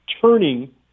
turning